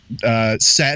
Set